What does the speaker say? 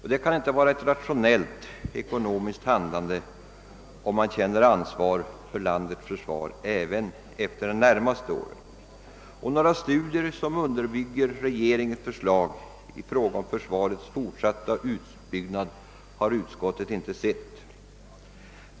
Detta kan icke vara ett rationellt ekonomiskt handlande, om man känner ansvar för landets försvar även efter de närmast kommande åren. Några studier som underbygger regeringens förslag i fråga om försvarets fortsatta utbyggnad har utskottet inte sett.